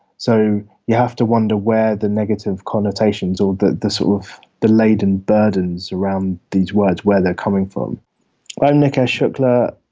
so you have to wonder where the negative connotations or the the sort of laden burdens around these words where they're coming from i'm nikesh shukla.